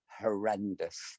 horrendous